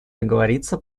договориться